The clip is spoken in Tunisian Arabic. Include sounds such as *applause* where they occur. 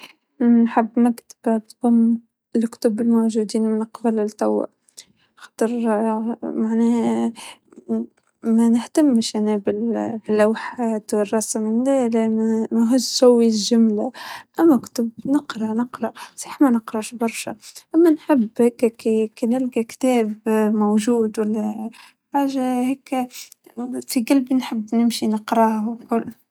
راح أختار ال-المكتبة الشخصية *hesitation* فكرة إنه يكون عندي جميييع الكتب المكتوبة للحين ،هذي لحالها فكرة مؤثرة جدا جدا إنه انت بتمتلك كل المعلومات المكتوبة ،أعتقد إني راح أكون أثري شخص علي وجه الأرض لو هذا الشي صار، طبعا اللوحات مهمة بس مو جد الكتب.